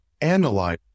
Analyze